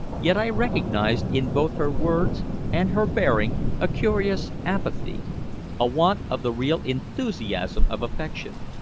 yet i recognized in both her words and her bearing a curious apathy a want of the real enthusiasm of affection.